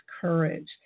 Courage